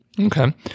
Okay